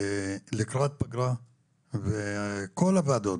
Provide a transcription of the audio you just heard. לקראת פגרה וכל הוועדות,